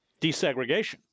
desegregation